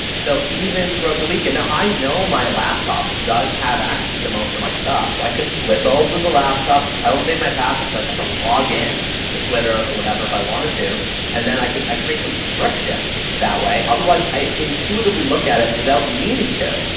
so, even throughout the weekend, now, i know my laptop does have access to most of my stuff so i could flip open the laptop, i don't save my passwords. i'd have to log in to twitter or whatever if i wanted to and then, i create some friction that way, otherwise, i intuitively look at it without meaning to.